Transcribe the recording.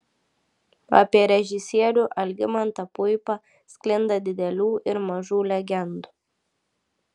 apie režisierių algimantą puipą sklinda didelių ir mažų legendų